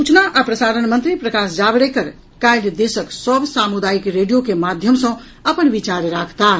सूचना आ प्रसारण मंत्री प्रकाश जावड़ेकर काल्हि देशक सभ सामुदायिक रेडियो के माध्यम सँ अपन विचार राखताह